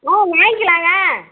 ஓ வாங்கிக்கிலாங்க